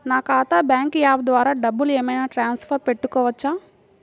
నా ఖాతా bank app ద్వారా డబ్బులు ఏమైనా ట్రాన్స్ఫర్ పెట్టుకోవచ్చా?